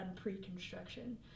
pre-construction